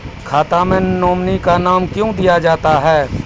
खाता मे नोमिनी का नाम क्यो दिया जाता हैं?